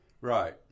Right